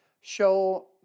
show